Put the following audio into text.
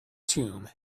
tomb